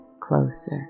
closer